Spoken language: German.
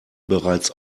bereits